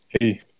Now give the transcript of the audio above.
Hey